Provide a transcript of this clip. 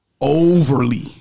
Overly